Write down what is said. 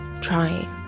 trying